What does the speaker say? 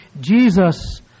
Jesus